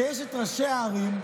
שיש את ראשי הערים,